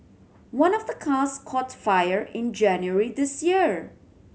one of the cars caught fire in January this year